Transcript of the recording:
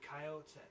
Coyotes